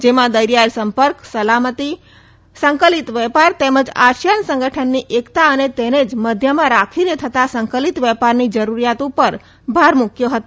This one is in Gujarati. જેમાં દરિથાઇ સંપર્ક સલામત સંકલિત વેપાર તેમજ આશિયાન સંગઠનની એકતા અને તેને જ મધ્યમાં રાખીને થતાં સંકલિત વેપારની જરૂરીયાત ઉપર પણ ભાર મુકથો હતો